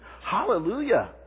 Hallelujah